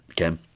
okay